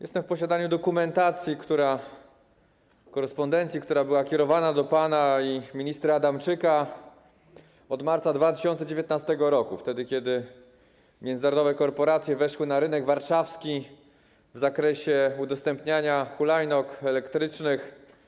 Jestem w posiadaniu dokumentacji, korespondencji, która była kierowana do pana i ministra Adamczyka od marca 2019 r., kiedy międzynarodowe korporacje weszły na rynek warszawski w zakresie udostępniania hulajnóg elektrycznych.